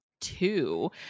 two